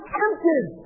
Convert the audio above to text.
tempted